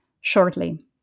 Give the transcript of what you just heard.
shortly